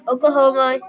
Oklahoma